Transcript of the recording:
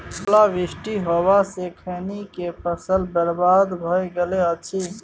ओला वृष्टी होबा स खैनी के फसल बर्बाद भ गेल अछि?